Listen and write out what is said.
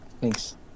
Thanks